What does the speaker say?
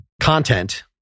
Content